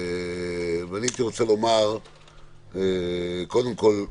ואני הייתי רוצה לומר קודם כול,